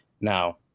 Now